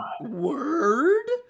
word